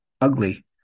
ugly